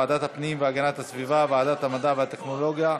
ועדת הפנים והגנת הסביבה וועדת המדע והטכנולוגיה,